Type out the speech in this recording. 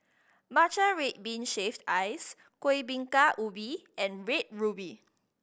matcha red bean shaved ice Kueh Bingka Ubi and Red Ruby